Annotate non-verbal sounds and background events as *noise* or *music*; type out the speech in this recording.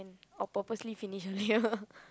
or purposely finish earlier *laughs*